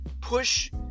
push